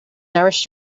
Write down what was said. nourish